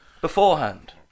beforehand